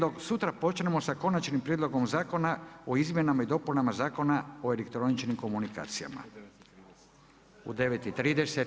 Sutra počinjemo sa Konačnim prijedlogom Zakona o izmjenama i dopunama Zakona o elektroničkim komunikacijama u 9,30.